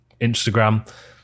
Instagram